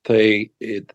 tai it